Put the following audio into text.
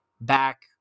back